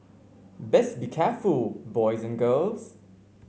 best be careful boys and girls